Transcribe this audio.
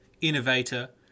innovator